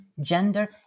gender